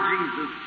Jesus